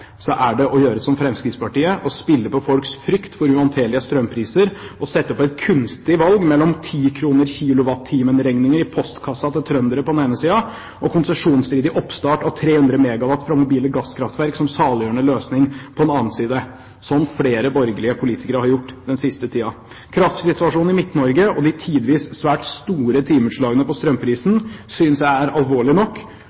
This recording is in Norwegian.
er det, som Fremskrittspartiet gjør, å spille på folks frykt for uhåndterlige strømpriser og sette opp et kunstig valg mellom 10 kr kilowattimen-regninger i postkassen til trøndere på den ene siden og konsesjonsstridig oppstart av 300 MW fra mobile gasskraftverk som saliggjørende løsning på den annen side, slik flere borgerlige politikere har gjort den siste tiden. Kraftsituasjonen i Midt-Norge og de tidvis svært store timeutslagene på